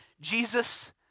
Jesus